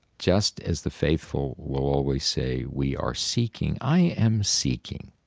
just as the faithful will always say, we are seeking i am seeking